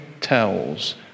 tells